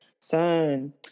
Son